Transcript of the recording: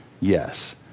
Yes